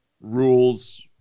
Rules